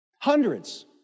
Hundreds